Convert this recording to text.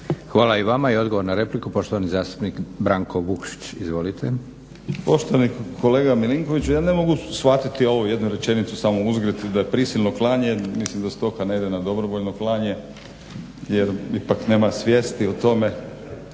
**Vukšić, Branko (Hrvatski laburisti - Stranka rada)** Poštovani kolega Milinkoviću, ja ne mogu shvatiti ovu jednu rečenicu samo uzgred da je prisilno klanje, jer mislim da stoka ne ide na dobrovoljno klanje, jer ipak nema svijesti o tome.